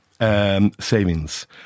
Savings